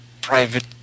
private